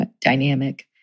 dynamic